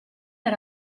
era